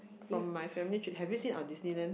from my family trip have you seen our Disneyland